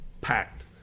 packed